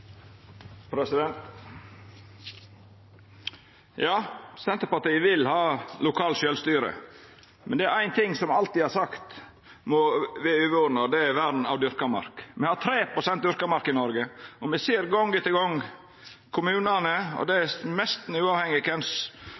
politikken. Senterpartiet vil ha lokalt sjølvstyre, men det er éin ting me alltid har sagt må vera overordna, og det er vern av dyrka mark. Me har 3 pst. dyrka mark i Noreg, og me ser gong etter gong at kommunane – og det er nesten uavhengig